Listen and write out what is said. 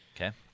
Okay